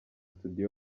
studio